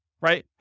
right